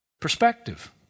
Perspective